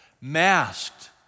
masked